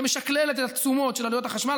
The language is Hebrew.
שמשכללת את התשומות של עלויות החשמל,